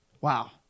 wow